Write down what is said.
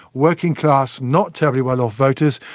working class, not terribly well off voters,